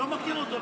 לא מכיר אותו,